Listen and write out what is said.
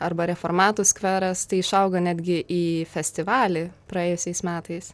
arba reformatų skveras tai išaugo netgi į festivalį praėjusiais metais